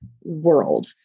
world